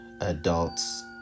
adults